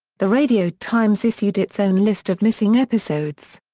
the radio times issued its own list of missing episodes.